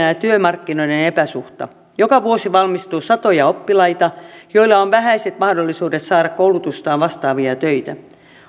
ja ja työmarkkinoiden epäsuhta joka vuosi valmistuu satoja oppilaita joilla on vähäiset mahdollisuudet saada koulutustaan vastaavia töitä